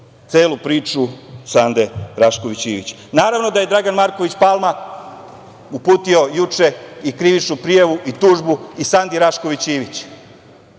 celu priču Sande Rašković Ivić. Naravno, da je Dragan Mrković Palma uputio juče i krivičnu prijavu i tužbu i Sandi Rašković Ivić,